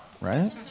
right